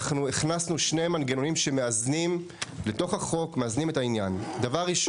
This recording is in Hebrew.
אנחנו הכנסנו שני מנגנונים מאזנים לתוך החוק: בראשון,